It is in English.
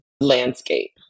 landscape